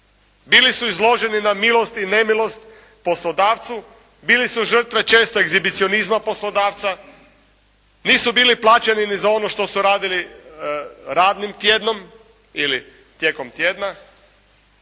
Bili su izloženi na milost i nemilost poslodavcu, bili su žrtve često egzibicionizma poslodavca, nisu bili plaćeni ni za ono što su radili radnim tjednom ili tijekom tjedna,